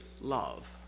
love